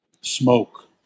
Smoke